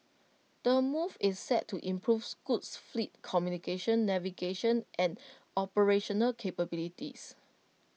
the move is set to improve Scoot's fleet's communication navigation and operational capabilities